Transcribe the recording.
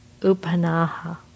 upanaha